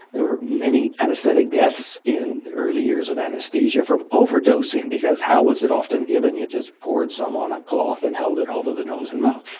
there were many anaesthetic deaths in the early years of anaesthesia from overdosing, because how was it often given? you just poured some on a cloth and held it over the nose and mouth.